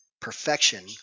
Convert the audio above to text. perfection